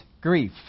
grief